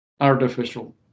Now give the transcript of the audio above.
artificial